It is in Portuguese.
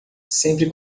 sempre